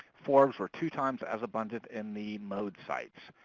forbs were two times as abundant in the mowed sites.